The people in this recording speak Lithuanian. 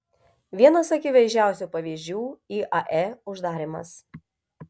vienas akivaizdžiausių pavyzdžių iae uždarymas